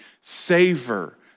savor